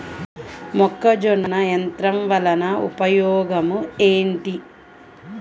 మొక్కజొన్న యంత్రం వలన ఉపయోగము ఏంటి?